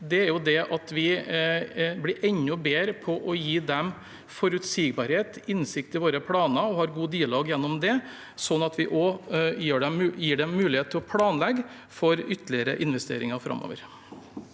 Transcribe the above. veldig viktig at vi blir enda bedre på å gi dem forutsigbarhet og innsikt i våre planer, og har god dialog gjennom det, slik at vi også gir dem mulighet til å planlegge for ytterligere investeringer framover.